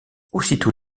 aussitôt